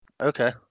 Okay